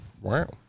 Wow